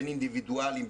בין אינדיבידואלים,